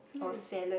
or salad